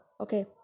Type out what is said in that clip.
okay